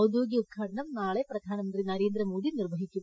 ഔദ്യ്യോഗ്രീക ഉദ്ഘാടനം നാളെ പ്രധാനമന്ത്രി നരേന്ദ്രമോദി നിർവ്വഹിക്കും